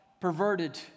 perverted